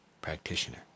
practitioner